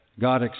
God